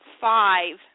five